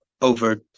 over